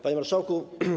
Panie Marszałku!